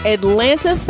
Atlanta